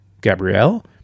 Gabrielle